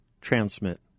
transmit